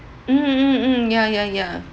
mm mm mm ya ya ya